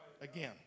again